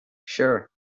sure